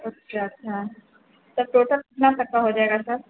अच्छा अच्छा सब टोटल कितना तक का हो जाएगा सर